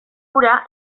hura